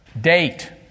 Date